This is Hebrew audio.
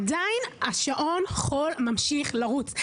ועדיין שעון החול ממשיך לרוץ.